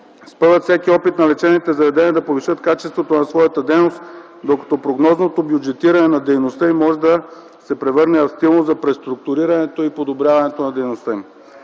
спъват всеки опит на лечебните заведения да повишат качеството на своята дейност, докато прогнозното бюджетиране на дейността им може да се превърне в стимул за преструктурирането и подобряването на дейността